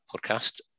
podcast